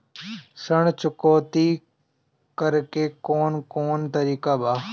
ऋण चुकौती करेके कौन कोन तरीका बा?